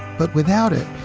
but without it,